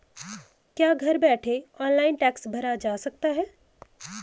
क्या घर बैठे ऑनलाइन टैक्स भरा जा सकता है?